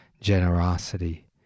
generosity